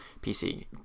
PC